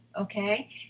okay